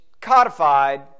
codified